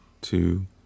two